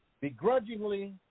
Begrudgingly